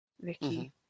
Vicky